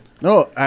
No